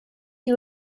you